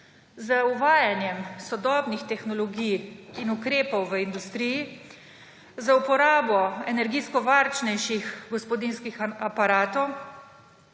Z uvajanjem sodobnih tehnologij in ukrepov v industriji, z uporabo energijsko varčnejših gospodinjskih aparatov,